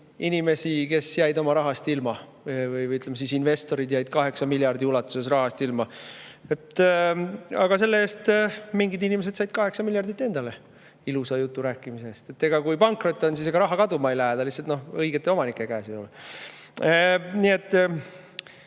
inimesed jäid oma rahast ilma või, ütleme, investorid jäid 8 miljardi väärtuses rahast ilma. Aga selle eest mingid inimesed said 8 miljardit endale ilusa jutu rääkimise eest. Kui pankrot on, ega siis raha kaduma ei lähe, ta lihtsalt ei ole õigete omanike käes. Nii et